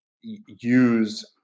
use